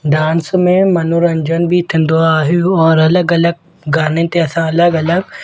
dance में मनोरंजन बि थींदो आहे और अलॻि अलॻि गाने ते असां अलॻि अलॻि